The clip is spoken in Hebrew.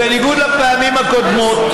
בניגוד לפעמים הקודמות,